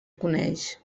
coneix